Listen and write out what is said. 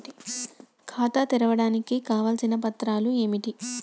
ఖాతా తెరవడానికి కావలసిన పత్రాలు ఏమిటి?